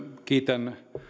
kiitän